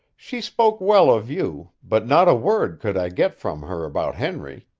she spoke well of you, but not a word could i get from her about henry.